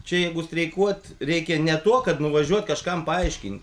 čia jeigu streikuot reikia ne tuo kad nuvažiuot kažkam paaiškin